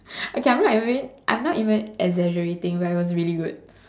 okay I'm not even I'm not even exaggerating but it was really good